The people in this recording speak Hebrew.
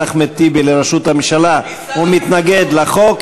אחמד טיבי לראשות הממשלה ומתנגד לחוק,